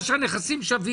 זה גם מה שכתבתם פה?